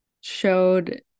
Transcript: showed